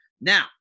Now